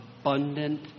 abundant